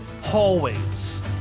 hallways